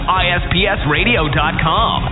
ispsradio.com